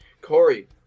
Corey